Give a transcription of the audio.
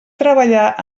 treballar